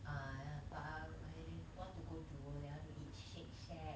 !aiya! but I I want to go jewel leh I want to eat shake shack